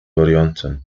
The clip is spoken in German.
varianten